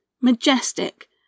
majestic